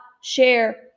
share